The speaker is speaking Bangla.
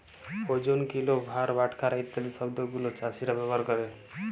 ওজন, কিলো, ভার, বাটখারা ইত্যাদি শব্দ গুলো চাষীরা ব্যবহার ক্যরে